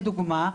לדוגמא,